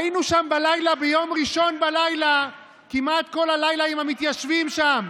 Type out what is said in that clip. היינו שם ביום ראשון בלילה כמעט כל הלילה עם המתיישבים שם,